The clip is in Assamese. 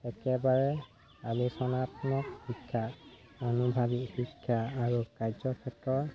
একেবাৰে আলোচনাত্মক শিক্ষা অনুভাৱিক শিক্ষা আৰু কাৰ্যক্ষেত্ৰ